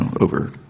over